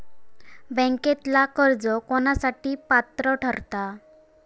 बँकेतला कर्ज कोणासाठी पात्र ठरता?